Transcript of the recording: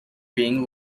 being